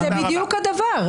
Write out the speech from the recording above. זה בדיוק הדבר.